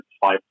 five